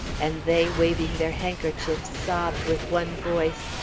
and they, waving their handkerchiefs, sobbed with one voice,